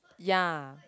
ya